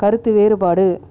கருத்து வேறுபாடு